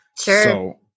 Sure